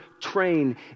train